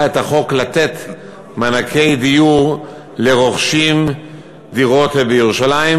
את החוק למתן מענקי דיור לרוכשי דירות בירושלים,